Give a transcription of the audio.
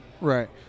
Right